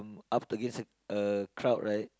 up against a crowd right